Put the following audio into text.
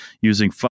using